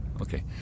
Okay